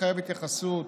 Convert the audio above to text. מחייב התייחסות